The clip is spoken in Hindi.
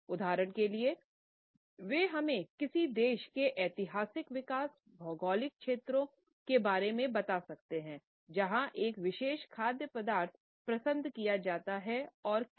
उदाहरण के लिए वे हमें किसी देश के ऐतिहासिक विकास भौगोलिक क्षेत्रों के बारे में बता सकते हैं जहां एक विशेष खाद्य पदार्थ पसंद किया जाता है और क्यों